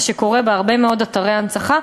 מה שקורה בהרבה מאוד אתרי הנצחה,